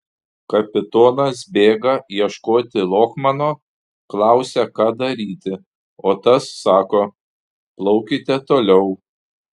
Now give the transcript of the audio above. kapitonas bėga ieškoti locmano klausia ką daryti o tas sako plaukite toliau